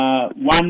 One